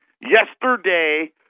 Yesterday